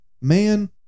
man